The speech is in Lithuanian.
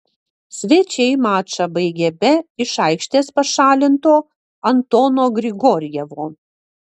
svečiai mačą baigė be iš aikštės pašalinto antono grigorjevo